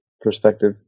perspective